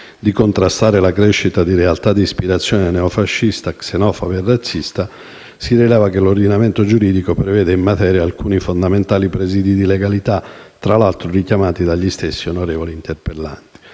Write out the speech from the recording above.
di contrastare la crescita di realtà di ispirazione neofascista, xenofoba e razzista, si rileva che l'ordinamento giuridico prevede, in materia, alcuni fondamentali presidii di legalità, tra l'altro richiamati dagli stessi onorevoli interpellanti.